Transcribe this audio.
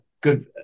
good